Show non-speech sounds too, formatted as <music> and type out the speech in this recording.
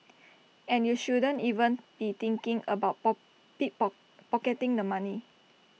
and you shouldn't even be thinking about <unintelligible> pocketing the money